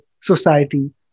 society